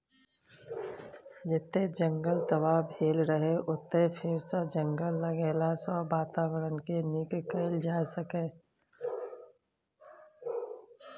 जतय जंगल तबाह भेल रहय ओतय फेरसँ जंगल लगेलाँ सँ बाताबरणकेँ नीक कएल जा सकैए